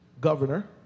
governor